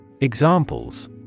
Examples